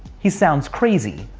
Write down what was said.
he sounds crazy,